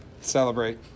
Celebrate